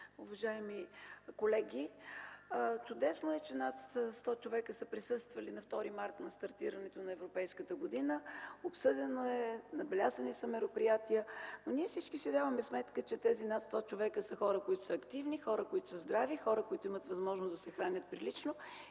уважаеми колеги, чудесно е, че над 100 човека са присъствали на 2 март на стартирането на Европейската година. Обсъдено е, набелязани са мероприятия. Всички ние си даваме сметка, че тези над 100 човека са хора, които са активни, здрави хора, които имат възможност да се хранят прилично